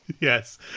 Yes